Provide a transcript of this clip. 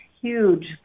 huge